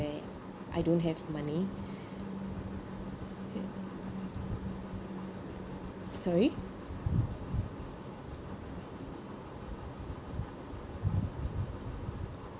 I don't have money sorry